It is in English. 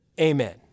amen